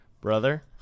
brother